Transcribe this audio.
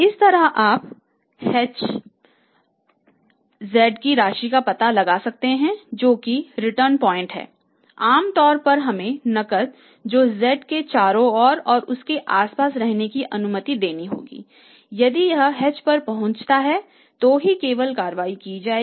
इस तरह आप z की राशि का पता लगा सकते हैं जो कि रिटर्न पॉइंट पर पहुँचता है तो भी कार्रवाई की जाएगी